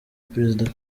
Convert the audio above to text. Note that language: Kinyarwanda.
perezida